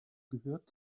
gehört